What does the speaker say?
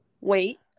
wait